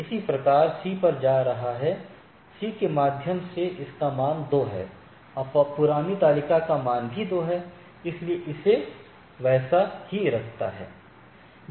इसी प्रकार C पर जा रहा है C के माध्यम से इसका मान 2 है और पुरानी तालिका का भी मान 2 है इसलिए इसे वैसा ही रखता है